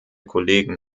kollegen